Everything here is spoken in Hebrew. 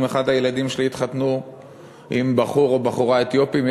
אחד הילדים שלי יתחתן עם בחור או בחורה אתיופים.